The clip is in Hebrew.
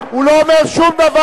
הוא יסתום את הפה.